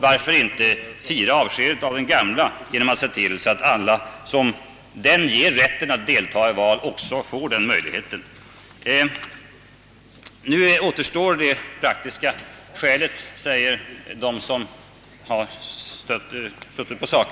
Varför inte fira avskedet av den gamla genom att se till att alla som genom den har rätt att delta i val också får möjlighet att utöva sin rösträtt?